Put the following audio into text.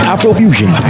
Afrofusion